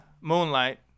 moonlight